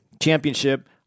championship